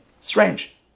strange